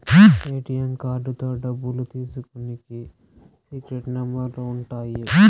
ATM కార్డుతో డబ్బులు తీసుకునికి సీక్రెట్ నెంబర్లు ఉంటాయి